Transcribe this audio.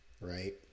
right